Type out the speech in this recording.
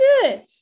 good